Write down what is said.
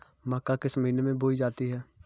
मक्का किस महीने में बोई जाती है?